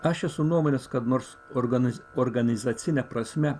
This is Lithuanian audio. aš esu nuomonės kad nors organas organizacine prasme